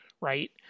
right